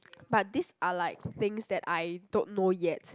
but these are like things that I don't know yet